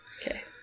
Okay